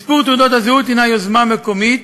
1 4. מספור תעודות הזהות הנו יוזמה מקומית